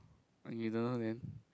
ah you don't know then